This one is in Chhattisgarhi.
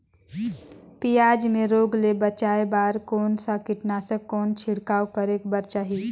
पियाज मे रोग ले बचाय बार कौन सा कीटनाशक कौन छिड़काव करे बर चाही?